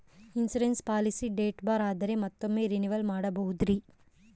Insurance policy date ಬಾರ್ ಆದರೆ ಮತ್ತೊಮ್ಮೆ ರಿನಿವಲ್ ಮಾಡಬಹುದ್ರಿ?